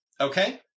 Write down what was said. Okay